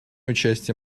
участия